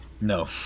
no